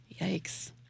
Yikes